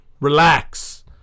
Relax